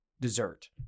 dessert